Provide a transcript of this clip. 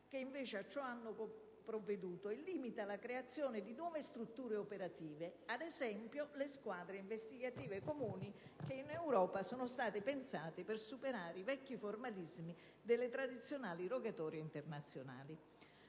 che invece a ciò hanno provveduto e limita la creazione di nuove strutture operative (esempio le squadre investigative comuni), che in Europa sono state pensate per superare i vecchi formalismi delle tradizionali rogatorie internazionali».